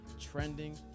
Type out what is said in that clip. trending